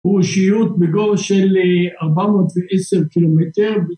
פורשיות בגובה של ארבע מאות ועשר קילומטר